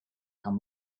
cum